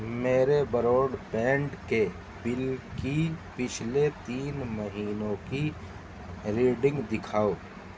میرے broadband کے bill کی پچھلے تین مہینوں کی ریڈنگ دکھاؤ